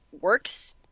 works